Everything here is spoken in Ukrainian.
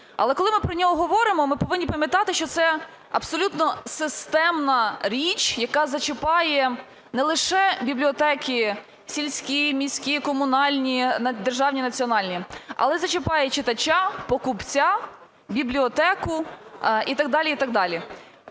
Але, коли ми про нього говоримо, ми повинні пам'ятати, що це абсолютно системна річ, яка зачіпає не лише бібліотеки сільські, міські, комунальні, державні, національні, але зачіпає читача, покупця, бібліотеку і так далі,